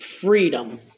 freedom